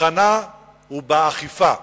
מבחנה הוא באכיפה.